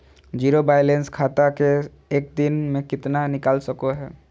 Zero balance खाता से एक दिन में कितना निकाल सको है?